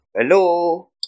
Hello